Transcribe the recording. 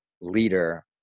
leader